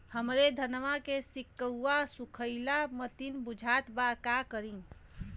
हमरे धनवा के सीक्कउआ सुखइला मतीन बुझात बा का करीं?